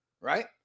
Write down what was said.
Right